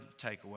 takeaway